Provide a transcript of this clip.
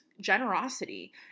generosity